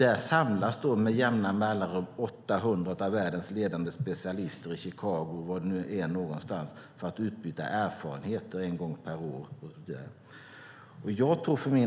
En gång per år samlas 800 av världens ledande specialister i Chicago eller var det nu kan vara för att utbyta erfarenheter.